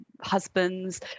husbands